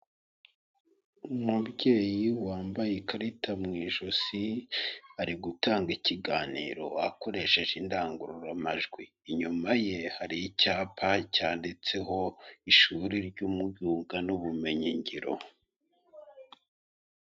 Umubyeyi wambaye ikarita mu ijosi, ari gutanga ikiganiro akoresheje indangururamajwi, inyuma ye hari icyapa cyanditseho ishuri ry'imyuga n'ubumenyi ngiro.